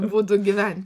būdų gyvent